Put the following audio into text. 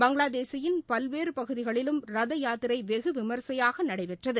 பங்களாதேஷின் பல்வேறு பகுதிகளிலும் ரத யாத்திரை வெகு விமரிசையாக நடைபெற்றது